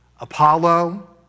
Apollo